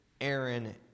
Aaron